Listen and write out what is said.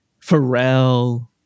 Pharrell